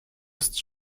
ist